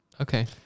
Okay